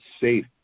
safe